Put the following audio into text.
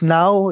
now